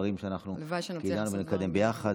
את הדברים שאנחנו קידמנו ונקדם ביחד,